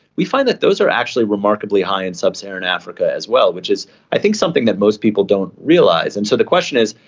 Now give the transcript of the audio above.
we find that those are actually remarkably high in sub-saharan africa as well, which is i think something that most people don't realise. and so the question is,